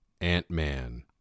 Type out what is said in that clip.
Ant-Man